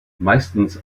meistens